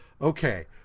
okay